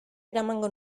eramango